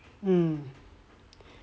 mm